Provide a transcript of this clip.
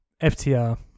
FTR